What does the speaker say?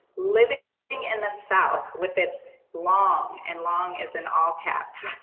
living in the south with its long, and long is in all caps,